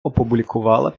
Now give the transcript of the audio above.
опублікувала